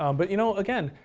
um but, you know, again,